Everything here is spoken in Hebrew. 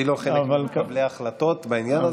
אני לא חלק ממקבלי ההחלטות בעניין הזה.